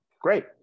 great